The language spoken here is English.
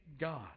God